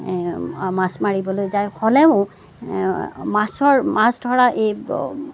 মাছ মাৰিবলৈ যায় হ'লেও মাছৰ মাছ ধৰা এই